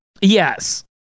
yes